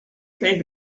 felt